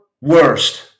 worst